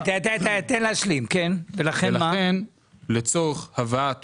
ולכן לצורך הבאת